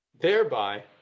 thereby